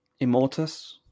Immortus